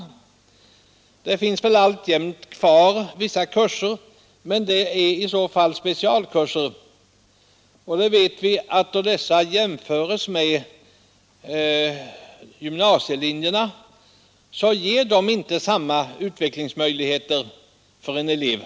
Det finns alltjämt kvar vissa kurser, men det är specialkurser — och vi vet att dessa inte ger en elev samma utvecklingsmöjligheter som gymnasiekurserna.